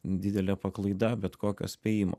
didelė paklaida bet kokio spėjimo